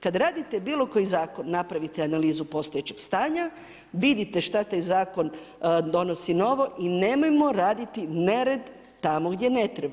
Kad radite bilo koji zakon, napravite analizu postojećeg stanja, vidite što taj zakon donosi novo i nemojmo raditi nered tamo gdje ne treba.